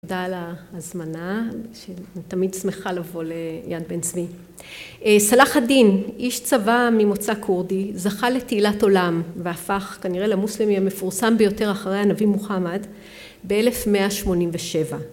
תודה על ההזמנה. אני תמיד שמחה לבוא ליד בן-צבי. סלאח א-דין, איש צבא ממוצא כורדי, זכה לתהילת עולם והפך כנראה למוסלמי המפורסם ביותר אחרי הנביא מוחמד באלף מאה שמונים ושבע